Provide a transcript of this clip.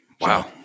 Wow